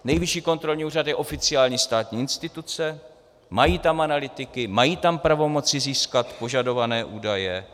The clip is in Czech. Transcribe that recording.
Nejvyšší kontrolní úřad je oficiální státní instituce, mají tam analytiky, mají tam pravomoci získat požadované údaje.